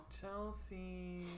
Chelsea